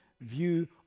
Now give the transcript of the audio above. view